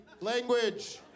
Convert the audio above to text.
language